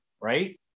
Right